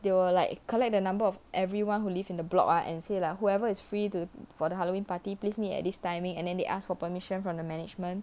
they will like collect the number of everyone who live in the block ah and say like whoever is free to for the halloween party please meet at this timing and then they ask for permission from the management